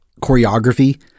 choreography